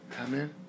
amen